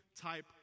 type